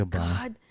god